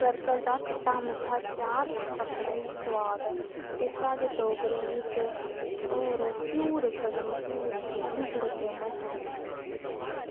गरगल दा खट्टा मिट्ठा अचार बक्खरा ई सोआद ऐ ते साढ़े डोगरें दी इक्क होर घ्यूर बड़े मश्हूर न ओह्बी बड़े फेमस न